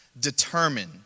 Determine